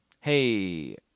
Hey